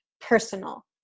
personal